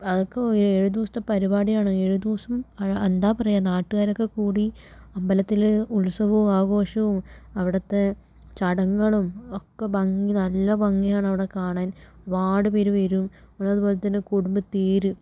അതൊക്കെ ഒരു ഏഴുദിവസത്തെ പരിപാടിയാണ് ഏഴ് ദിവസം എന്താ പറയുക നാട്ടുകാരൊക്കെ കൂടി അമ്പലത്തിൽ ഉത്സവവും ആഘോഷവും അവിടുത്തെ ചടങ്ങുകളും ഒക്കെ ഭംഗി നല്ല ഭംഗിയാണ് അവിടെ കാണാൻ ഒരുപാട് പേര് വരും ഇവിടെ അതുപോലെ തന്നെ കുടുംബത്തേര്